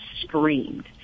screamed